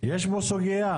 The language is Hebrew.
יש פה סוגיה.